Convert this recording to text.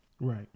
Right